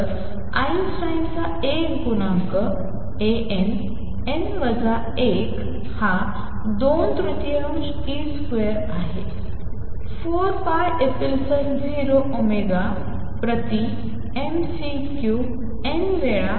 तर आइन्स्टाईनचा A गुणांक A n n वजा 1 हा 2 तृतीयांश ई स्क्वेअर आहे 4 pi epsilon 0 ओमेगा प्रती m C क्यूबड n वेळा